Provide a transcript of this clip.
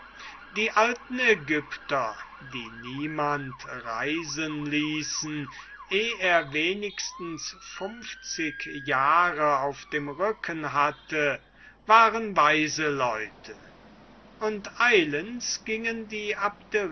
die alten aegyptier die niemand reisen ließen eh er wenigstens funfzig jahre auf dem rücken hatte waren weise leute und eilends gingen die